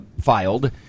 filed